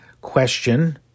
question